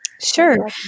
Sure